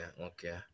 okay